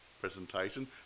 presentation